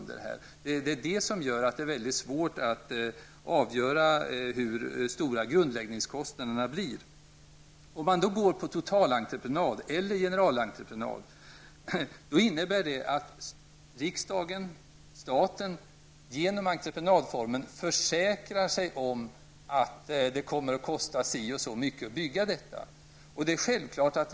Därför är det väldigt svårt att avgöra hur stora grundläggningskostnaderna blir. Om man väljer totalentreprenad eller generalentreprenad innebär detta att riksdagen, dvs. staten, genom entreprenadformen försäkrar sig om hur höga kostnaderna blir.